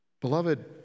Beloved